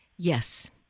Yes